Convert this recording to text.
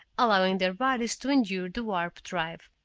allowing their bodies to endure the warp-drive.